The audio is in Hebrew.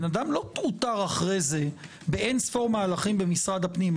הוא לא טורטר אחרי זה באין ספור מהלכים במשרד הפנים.